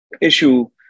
issue